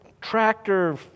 tractor